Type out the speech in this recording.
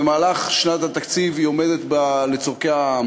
במהלך שנת התקציב היא עומדת לשימוש